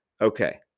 Okay